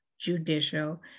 judicial